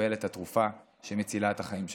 לקבל את התרופה שמצילה את החיים שלה.